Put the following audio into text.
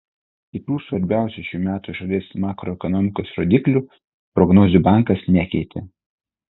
kitų svarbiausių šių metų šalies makroekonomikos rodiklių prognozių bankas nekeitė